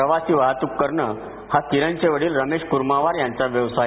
प्रवासी वाहतूक करणं हा किरणचे वडील रमेश कुर्मावार यांचा व्यवसाय